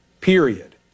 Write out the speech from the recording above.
period